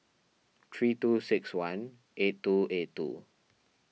three two six one eight two eight two